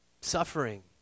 suffering